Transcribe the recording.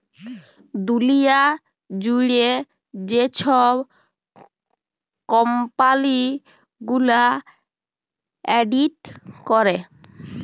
দুঁলিয়া জুইড়ে যে ছব কম্পালি গুলা অডিট ক্যরে